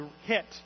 hit